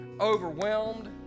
overwhelmed